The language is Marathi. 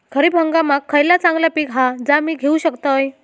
खरीप हंगामाक खयला चांगला पीक हा जा मी घेऊ शकतय?